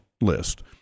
list